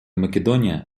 македония